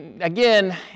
again